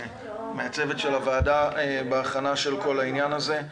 הצוות של הוועדה בהכנה של כל העניין הזה.